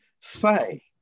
say